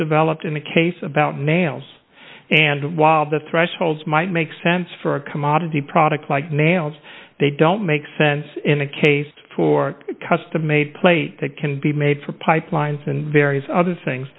developed in the case about nails and while the thresholds might make sense for a commodity product like nails they don't make sense in a case for custom made plate that can be made for pipelines and various other things